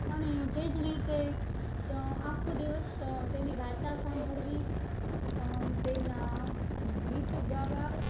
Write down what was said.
અને તે જ રીતે આખો દિવસ તેની વાર્તા સાંભળવી તેના ગીત ગાવા